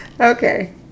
Okay